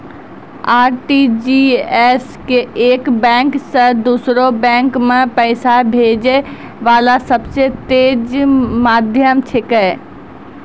RTGS एक bank से दोसरो बैंक मे पैसा भेजै वाला सबसे तेज माध्यम छिकै